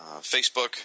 Facebook